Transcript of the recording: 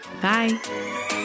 Bye